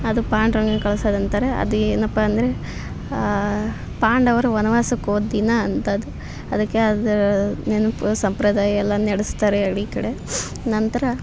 ಅದು ಪಾಂಡ್ರಂಗನ್ನ ಕಳ್ಸೋದು ಅಂತಾರೆ ಅದು ಏನಪ್ಪ ಅಂದರೆ ಪಾಂಡವರು ವನವಾಸಕ್ಕೆ ಹೋದ್ ದಿನ ಅಂತದು ಅದಕ್ಕೆ ಅದರ ನೆನಪು ಸಂಪ್ರದಾಯವೆಲ್ಲ ನಡೆಸ್ತಾರೆ ಹಳ್ಳಿ ಕಡೆ ನಂತರ